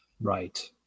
Right